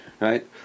Right